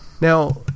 now